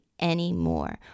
anymore